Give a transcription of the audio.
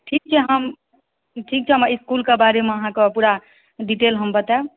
ठीक छै हम ठीक छै हम इसकूल कऽ बारेमे अहाँक पूरा डिटैल हम बतायब